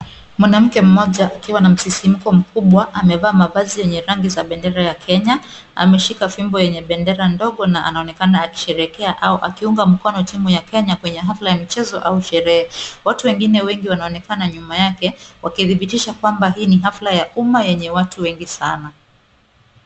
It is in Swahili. Mwanamke mmoja akiwa na msisimko mkubwa amevaa mavazi yenye rangi za bendera ya Kenya, ameshika fimbo yenye bendera ndogo na anaonekana akisherehekea au akiunga mkono timu ya Kenya kwenye hafla ya mchezo au sherehe. Watu wengine wengi wanaonekana nyuma yake wakidhibitisha kwamba hii ni hafla ya umma yenye watu wengi sana.